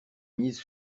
mise